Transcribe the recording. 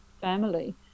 family